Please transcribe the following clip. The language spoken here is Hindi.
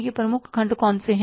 ये प्रमुख खंड कौन से हैं